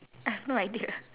I have no idea